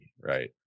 right